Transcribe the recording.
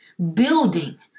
Building